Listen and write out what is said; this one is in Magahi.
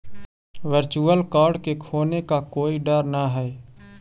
वर्चुअल कार्ड के खोने का कोई डर न हई